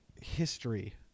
history